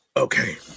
okay